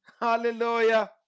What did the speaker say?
Hallelujah